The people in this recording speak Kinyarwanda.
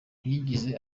ntiyigeze